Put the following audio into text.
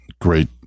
great